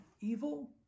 evil